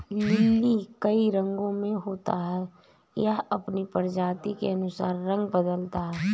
lily कई रंगो में होता है, यह अपनी प्रजाति के अनुसार रंग बदलता है